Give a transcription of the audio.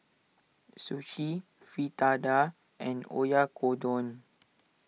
Sushi Fritada and Oyakodon